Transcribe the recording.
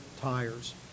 tires